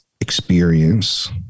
experience